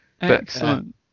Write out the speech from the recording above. Excellent